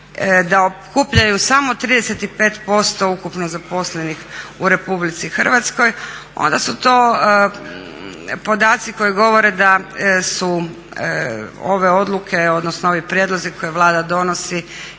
da okupljaju samo 35% ukupno zaposlenih u RH onda su to podaci koji govore da su ove odluke, odnosno ovi prijedlozi koje Vlada donosi